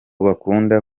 bakunda